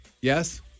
Yes